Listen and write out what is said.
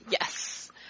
Yes